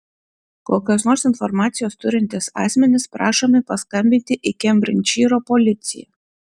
kokios nors informacijos turintys asmenys prašomi paskambinti į kembridžšyro policiją